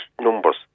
numbers